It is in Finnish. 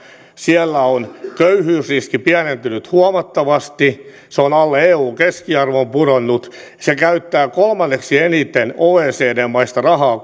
siellä on köyhyysriski pienentynyt huomattavasti se on pudonnut alle eun keskiarvon se käyttää kolmanneksi eniten oecd maista rahaa